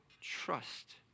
trust